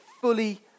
fully